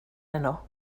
heno